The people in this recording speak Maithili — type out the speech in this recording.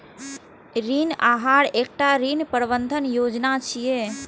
ऋण आहार एकटा ऋण प्रबंधन योजना छियै